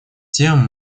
тем